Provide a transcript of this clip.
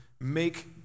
make